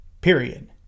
period